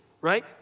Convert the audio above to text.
right